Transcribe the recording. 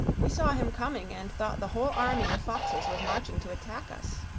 we saw him coming and thought the whole army of foxes was marching to attack us.